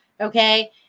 Okay